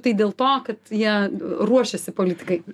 tai dėl to kad jie ruošiasi politikai